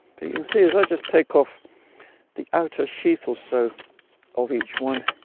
but you can see as i just take off the outer sheath or so of each one,